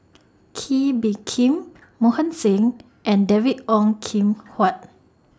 Kee Bee Khim Mohan Singh and David Ong Kim Huat